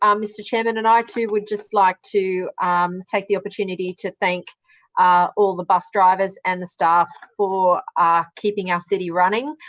um mr chair. and and i, too, would just like to um take the opportunity to thank all the bus drivers and the staff for ah keeping our city running.